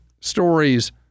stories